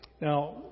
Now